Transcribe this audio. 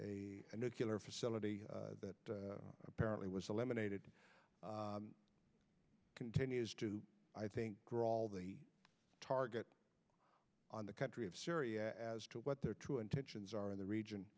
a nuclear facility that apparently was lemonade continues to i think we're all the target on the country of syria as to what their true intentions are in the region